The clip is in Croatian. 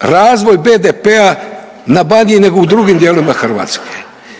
razvoj BDP na Baniji nego u drugim dijelovima Hrvatske.